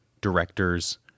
directors